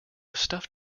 stuffed